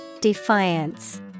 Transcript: Defiance